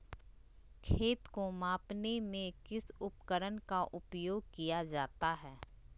खेत को मापने में किस उपकरण का उपयोग किया जाता है?